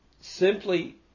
simply